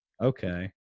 okay